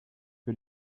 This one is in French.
que